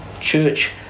church